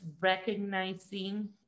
recognizing